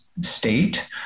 state